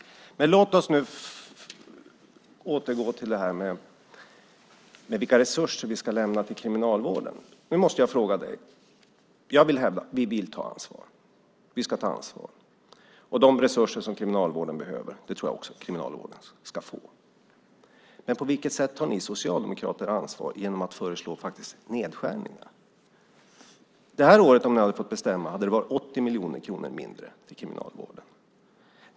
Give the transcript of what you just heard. Men låt oss återgå till vilka resurser vi ska lämna till Kriminalvården. Jag vill hävda att vi vill ta ansvar. Vi ska ta ansvar. De resurser som Kriminalvården behöver tror jag också att Kriminalvården ska få. Men på vilket sätt tar ni socialdemokrater ansvar genom att föreslå nedskärningar? Det här året hade det, om ni hade fått bestämma, varit 80 miljoner kronor mindre till Kriminalvården.